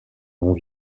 nom